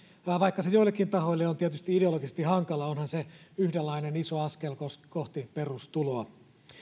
vaikka se joillekin tahoille on tietysti ideologisesti hankala onhan se yhdenlainen iso askel kohti perustuloa